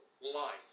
life